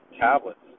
tablets